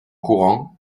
courant